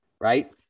right